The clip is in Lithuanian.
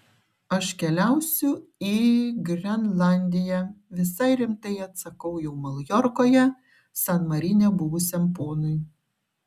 aš keliausiu į grenlandiją visai rimtai atsakau jau maljorkoje san marine buvusiam ponui